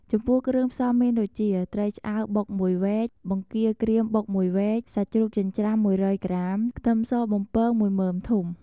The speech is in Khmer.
ចំពោះគ្រឿងផ្សំំមានដូចជា ត្រីឆ្អើរបុក ១វែក បង្គាក្រៀមបុក ១វែក សាច់ជ្រូកចិញ្ច្រាំ ១០០ក្រាម ខ្ទឹមសបំពង ១មើមធំ។